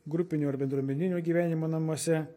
grupinio ar bendruomeninio gyvenimo namuose